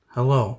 Hello